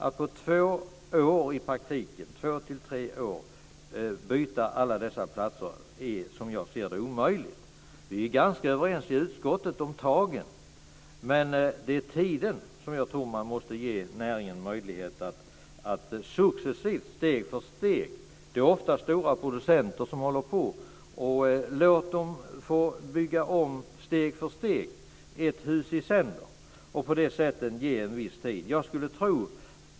Att i praktiken på två till tre år byta ut alla hönsplatser är, som jag ser det, omöjligt. Vi är i utskottet ganska överens om tagen, men jag tror att man måste ge näringen möjlighet att gå fram successivt, steg för steg. Det är i många fall fråga om stora producenter. Låt dem få tid att bygga om steg för steg, ett hus i sänder, så att de får viss tid på sig.